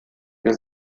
der